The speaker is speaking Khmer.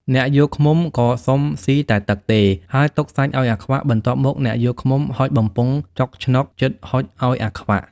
អ្នកយកឃ្មុំក៏សុំស៊ីតែទឹកទេ ហើយទុកសាច់ឱ្យអាខ្វាក់ បន្ទាប់មកអ្នកយកឃ្មុំហុចបំពង់ចុកឆ្នុកជិតហុចឱ្យអាខ្វាក់ ។